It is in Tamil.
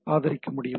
ஆதரிக்க முடியும்